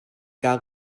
kaa